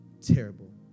terrible